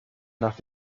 nach